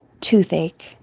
Toothache